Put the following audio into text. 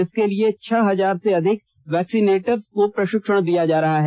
इसके लिए छह हजार से अधिक वैक्सीनेटर्स को प्रशिक्षण दिया गया है